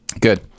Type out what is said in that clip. good